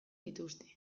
dituzte